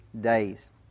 days